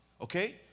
okay